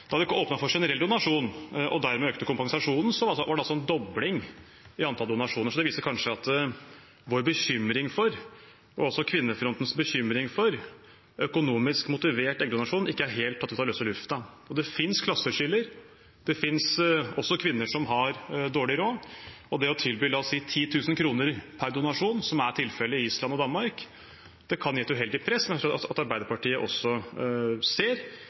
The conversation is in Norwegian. Da de åpnet for generell donasjon, og dermed økte kompensasjonen, var det altså en dobling i antallet donasjoner. Så det viser kanskje at vår og også Kvinnefrontens bekymring for økonomisk motivert eggdonasjon ikke er tatt helt ut av løse lufta. Det finnes klasseskiller. Det finnes også kvinner som har dårlig råd. Å tilby la oss si 10 000 kr per donasjon, som er tilfellet på Island og i Danmark, kan gi et uheldig press, som jeg tror at Arbeiderpartiet også ser